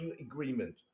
agreement